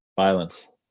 violence